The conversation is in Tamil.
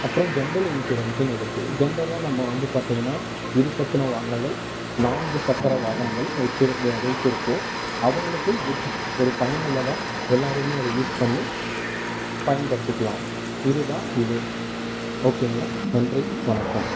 அப்புறம் ஜென்ரல் இன்சூரன்ஸ்னு இருக்கு ஜென்ரல்லாக நம்ம வந்து பார்த்தீங்கன்னா இரு சக்கன வாகனங்கள் நான்கு சக்கர வாகனங்கள் வைத்திருப்போர் அவங்களுக்கு இது ஒரு பயனுள்ளதாக எல்லாருமே அத யூஸ் பண்ணி பயன்படுத்திக்கலாம் இது தான் இது ஓகேங்களா நன்றி வணக்கம்